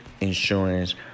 insurance